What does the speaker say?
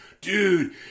dude